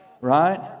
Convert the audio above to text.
right